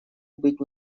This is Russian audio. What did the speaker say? быть